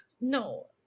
No